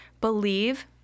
Believe